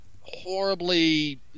horribly